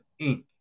Inc